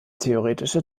theoretische